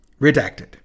redacted